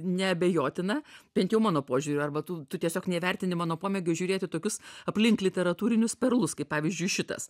neabejotina bent jau mano požiūriu arba tu tu tiesiog neįvertini mano pomėgio žiūrėti tokius aplink literatūrinius perlus kaip pavyzdžiui šitas